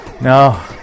No